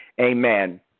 Amen